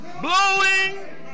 blowing